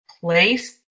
place